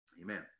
Amen